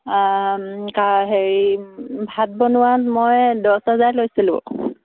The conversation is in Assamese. কাম হেৰি ভাত বনোৱাত মই দছ হেজাৰে লৈছিলোঁ